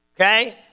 Okay